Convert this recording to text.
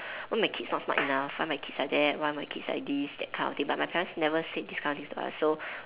why my kids not smart enough why my kids like that why my kids like this that kind of thing but my parents never said this kind of things to us so